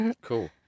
Cool